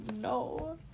no